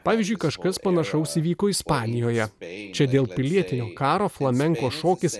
pavyzdžiui kažkas panašaus įvyko ispanijoje čia dėl pilietinio karo flamenko šokis